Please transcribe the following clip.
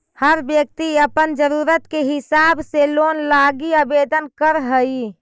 हर व्यक्ति अपन ज़रूरत के हिसाब से लोन लागी आवेदन कर हई